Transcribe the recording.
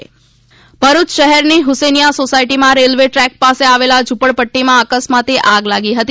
ભરૂચ ઝુંપડામાં આગ ભરૂચ શહેરની હુસેનયા સોસાયટીમાં રેલવે ટ્રેક પાસે આવેલ ઝુપડપટ્ટીમાં અકસ્માતે આગ લાગી હતી